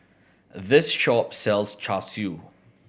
this shop sells Char Siu